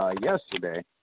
yesterday